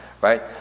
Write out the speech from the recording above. right